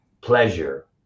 pleasure